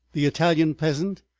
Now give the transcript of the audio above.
the italian peasant,